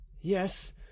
Yes